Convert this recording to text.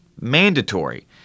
mandatory